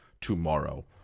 tomorrow